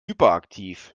hyperaktiv